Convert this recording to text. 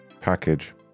package